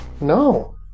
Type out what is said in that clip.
No